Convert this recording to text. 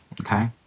okay